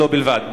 ולא בלבד,